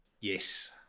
yes